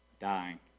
dying